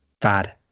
bad